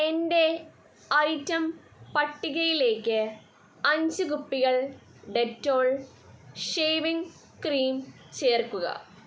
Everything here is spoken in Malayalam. എന്റെ ഐറ്റം പട്ടികയിലേക്ക് അഞ്ച് കുപ്പികൾ ഡെറ്റോൾ ഷേവിംഗ് ക്രീം ചേർക്കുക